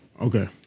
Okay